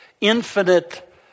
infinite